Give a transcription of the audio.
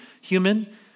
human